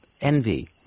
envy